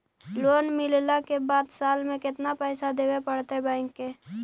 Loan मिलला के बाद साल में केतना पैसा देबे पड़तै बैक के?